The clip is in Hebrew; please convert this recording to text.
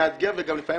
מאתגר וגם לפעמים